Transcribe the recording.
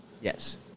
Yes